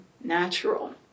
natural